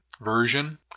version